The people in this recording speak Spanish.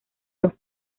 dos